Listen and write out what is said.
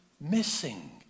missing